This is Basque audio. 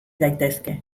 daitezke